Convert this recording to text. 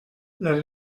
les